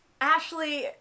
Ashley